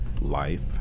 life